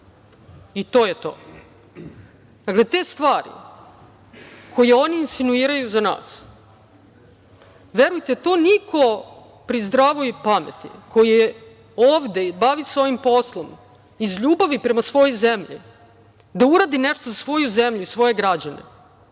I to je to. Dakle, te stvari koje oni insinuiraju za nas, verujte, to niko pri zdravoj pameti koji je ovde i bavi se ovim poslom iz ljubavi prema svojoj zemlji, da uradi nešto za svoju zemlju i svoje građane,